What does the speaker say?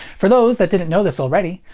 for those that didn't know this already,